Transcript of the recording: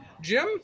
Jim